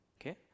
Okay